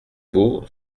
beau